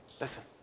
Listen